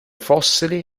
fossili